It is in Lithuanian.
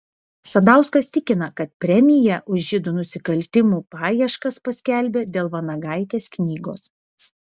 sadauskas tikina kad premiją už žydų nusikaltimų paieškas paskelbė dėl vanagaitės knygos